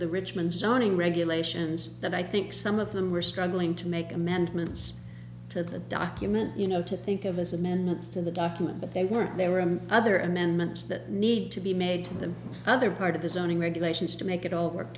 the richmond zoning regulations that i think some of them were struggling to make amendments to the document you know to think of as amendments to the document but they were there were other amendments that need to be made to the other part of the zoning regulations to make it all work